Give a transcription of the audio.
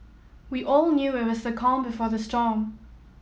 we all knew it was the calm before the storm